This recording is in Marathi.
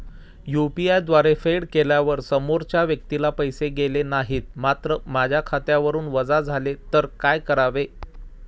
यु.पी.आय द्वारे फेड केल्यावर समोरच्या व्यक्तीला पैसे गेले नाहीत मात्र माझ्या खात्यावरून वजा झाले तर काय करावे?